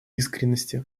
искренности